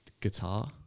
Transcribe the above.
guitar